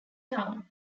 town